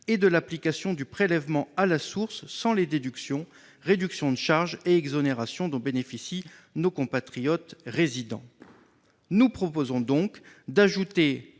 et de l'application du prélèvement à la source sans les déductions, réductions de charge et exonérations dont bénéficient nos compatriotes résidents. Nous proposons donc d'ajouter